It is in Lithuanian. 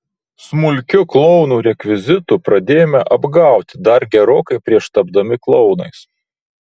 smulkiu klounų rekvizitu pradėjome apgauti dar gerokai prieš tapdami klounais